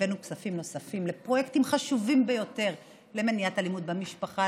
הבאנו כספים נוספים לפרויקטים חשובים ביותר למניעת אלימות במשפחה,